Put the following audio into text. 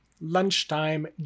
Lunchtime